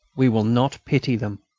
we will not pity them.